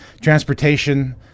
transportation